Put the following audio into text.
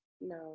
no